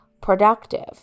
productive